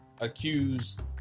accused